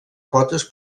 potes